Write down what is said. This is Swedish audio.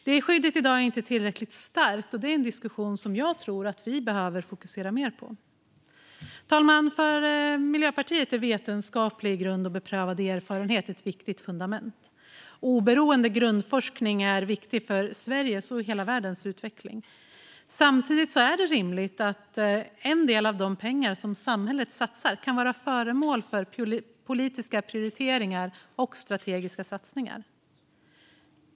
Det skyddet är i dag inte tillräckligt starkt, och det är en diskussion som jag tror att vi behöver fokusera mer på. Herr talman! För Miljöpartiet är vetenskaplig grund och beprövad erfarenhet ett viktigt fundament. Oberoende grundforskning är viktig för Sveriges och hela världens utveckling. Samtidigt är det rimligt att en del av de pengar som samhället satsar kan vara föremål för politiska prioriteringar och strategiska satsningar.